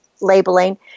labeling